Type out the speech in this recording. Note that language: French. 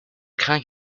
crains